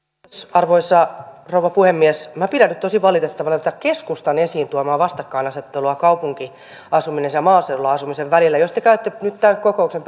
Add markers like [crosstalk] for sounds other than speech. arvoisa rouva puhemies minä pidän nyt tosi valitettavana tätä keskustan esiin tuomaa vastakkainasettelua kaupunkiasumisen ja maaseudulla asumisen välillä jos te käytte nyt tämän kokouksen [unintelligible]